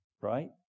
right